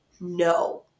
No